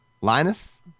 Linus